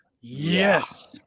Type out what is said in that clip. Yes